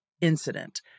incident